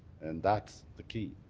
and that's the key.